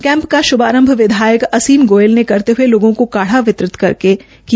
camp का शुभारम्भ विधायक असीम गोयल ने करते हुए लोगों को काढ़ा वितरित करके किया